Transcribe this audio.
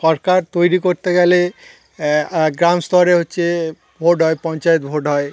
সরকার তৈরি করতে গেলে গ্রাম স্তরে হচ্ছে ভোট হয় পঞ্চায়েত ভোট হয়